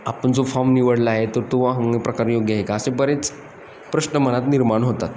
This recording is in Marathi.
आपण जो फॉर्म निवडला आहे तर तो योग्य आहे का असे बरेच प्रश्न मनात निर्माण होतात